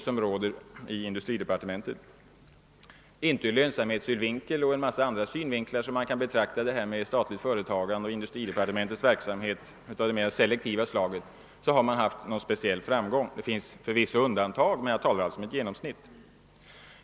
Ur lönsamhetssynvinkel och ur andra synvinklar kan man inte säga att det varit någon speciell framgång med statligt företagande och industridepartementets verksamhet av det mer selektiva slaget. Det finns förvisso un dantag, men jag talar alltså här om genomsnittet.